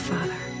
Father